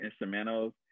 instrumentals